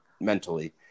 mentally